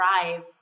drive